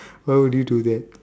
why would you do that